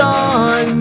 on